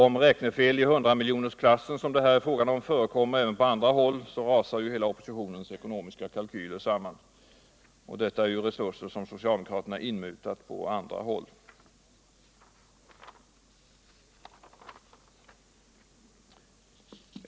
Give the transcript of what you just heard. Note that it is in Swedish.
Om räknefel i hundramiljonersklassen, som det här är fråga om, förekommer också på andra håll, rasar ju oppositionens ekonomiska kalkyler samman. Detta är resurser som socialdemokraterna har inmutat på andra områden.